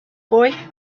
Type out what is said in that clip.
boy